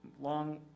Long